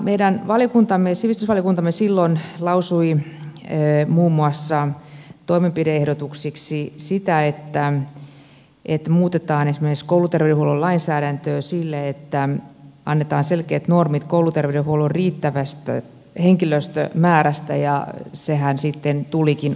meidän sivistysvaliokuntamme silloin lausui toimenpide ehdotuksiksi muun muassa sitä että muutetaan esimerkiksi kouluterveydenhuollon lainsäädäntöä silleen että annetaan selkeät normit kouluterveydenhuollon riittävästä henkilöstömäärästä ja sehän sitten tulikin asetuksella